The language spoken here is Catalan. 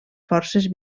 forces